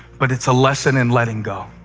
but it's a lesson in letting go.